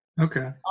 okay